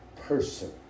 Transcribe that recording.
person